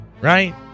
right